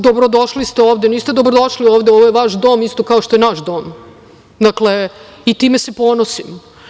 Dobrodošli ste ovde, niste dobrodošli ovde, ovo je vaš dom isto kao što je naš dom, dakle, i time se ponosim.